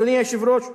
אדוני היושב-ראש,